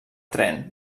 tren